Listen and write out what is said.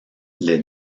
les